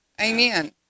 amen